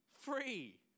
free